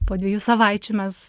po dviejų savaičių mes